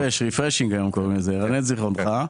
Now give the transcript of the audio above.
ארענן את זיכרונך.